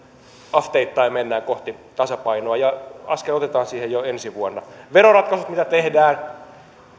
asteittain mennään kohti tasapainoa ja askel otetaan siihen jo ensi vuonna ne veroratkaisut mitä tehdään